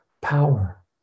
power